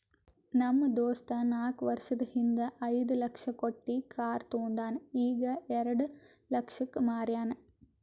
ನಮ್ ದೋಸ್ತ ನಾಕ್ ವರ್ಷದ ಹಿಂದ್ ಐಯ್ದ ಲಕ್ಷ ಕೊಟ್ಟಿ ಕಾರ್ ತೊಂಡಾನ ಈಗ ಎರೆಡ ಲಕ್ಷಕ್ ಮಾರ್ಯಾನ್